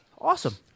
Awesome